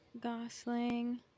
Gosling